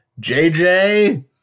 JJ